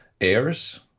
airs